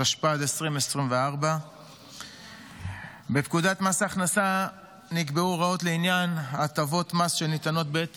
התשפ"ד 2024. בפקודת מס הכנסה נקבעו הוראות לעניין הטבות מס שניתנות בעת